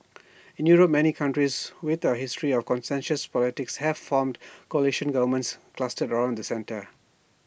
in Europe many countries with A history of consensus politics have formed coalition governments clustered around the centre